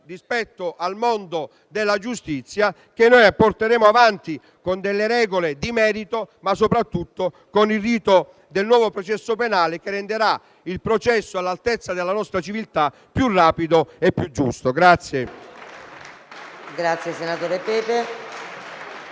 introdotto nel mondo della giustizia, che porteremo avanti con regole di merito ma soprattutto con il rito del nuovo processo penale che renderà il processo all'altezza della nostra civiltà: più rapido e più giusto.